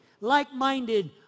like-minded